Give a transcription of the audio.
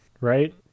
Right